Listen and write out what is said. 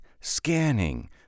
scanning